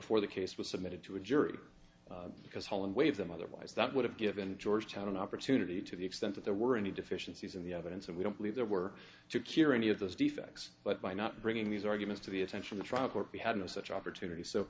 before the case was submitted to a jury because holland waive them otherwise that i've given georgetown an opportunity to the extent that there were any deficiencies in the evidence and we don't believe there were to cure any of those defects but by not bringing these arguments to the attention the trial court we had no such opportunity so